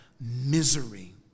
misery